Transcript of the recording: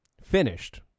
finished